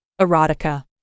erotica